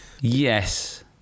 Yes